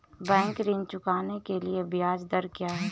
Bank ऋण चुकाने के लिए ब्याज दर क्या है?